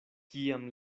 kiam